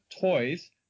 toys